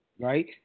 Right